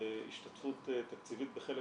השתתפות תקציבית בחלק